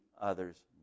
others